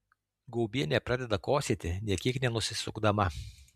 gaubienė pradeda kosėti nė kiek nenusisukdama